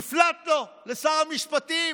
נפלט לו, לשר המשפטים.